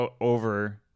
over